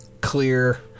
clear